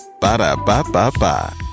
Ba-da-ba-ba-ba